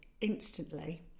instantly